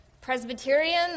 Presbyterian